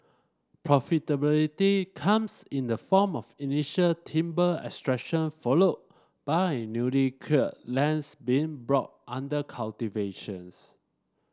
profitability comes in the form of initial timber extraction followed by newly cleared lands being brought under cultivations